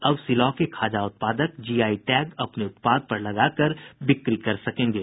अब सिलाव के खाजा उत्पादक जीआई टैग अपने उत्पाद पर लगाकर बिक्री कर सकेंगे